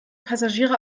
passagiere